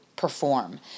perform